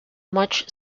much